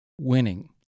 winning